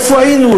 איפה היינו,